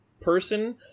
person